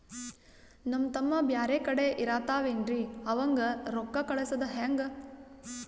ನಮ್ ತಮ್ಮ ಬ್ಯಾರೆ ಕಡೆ ಇರತಾವೇನ್ರಿ ಅವಂಗ ರೋಕ್ಕ ಕಳಸದ ಹೆಂಗ?